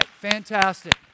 fantastic